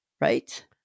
Right